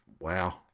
Wow